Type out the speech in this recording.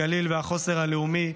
הגליל והחוסן הלאומי,